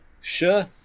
sure